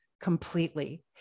completely